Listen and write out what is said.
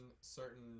certain